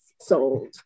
sold